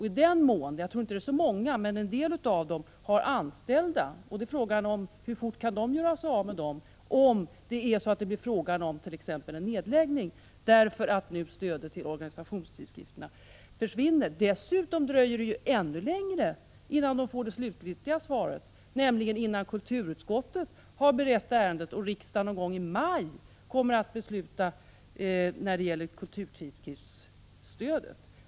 I den mån dessa tidskrifter har anställda — jag tror inte att det är så många, men en del av dem har det — är frågan hur fort de kan göra sig av med dem, om det t.ex. blir aktuellt med en nedläggning därför att stödet till organisationstidskrifterna nu försvinner. Dessutom dröjer det ju ännu längre innan de får det slutgiltiga svaret. Först måste nämligen kulturutskottet ha berett ärendet, och riksdagen kommer någon gång i maj att fatta beslut om stödet till kulturtidskrifter.